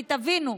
כי תבינו,